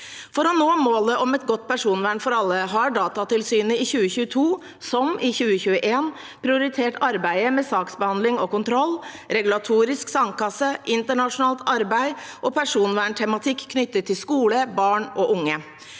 For å nå målet om et godt personvern for alle har Datatilsynet i 2022, som i 2021, prioritert arbeidet med saksbehandling og kontroll, regulatorisk sandkasse, internasjonalt arbeid og personverntematikk knyttet til skole, barn og unge.